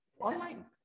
online